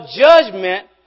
judgment